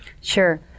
Sure